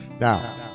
Now